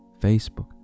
Facebook